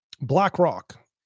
BlackRock